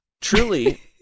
Truly